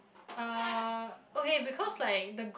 uh okay because like the group